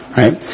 right